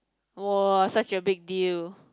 !wah! such a big deal